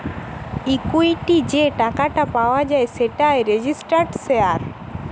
equity যে টাকাটা পাওয়া যায় সেটাই রেজিস্টার্ড শেয়ার